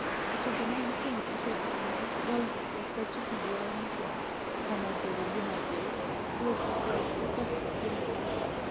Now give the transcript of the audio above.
بہٕ چھَس دَپان یہِ کیٛاہ یہِ چھےٚ یہِ مطلب غلط یَتھ پٮ۪ٹھ چھَکھ نہٕ لایان کیٚنٛہہ ہُما کٔرِو یہِ ما کٔرِو کٲشُر کیٛازِ کوٚرُکھ تَتھ پٮ۪ٹھ تِم چَپاتہٕ